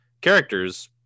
characters